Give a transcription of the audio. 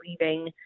leaving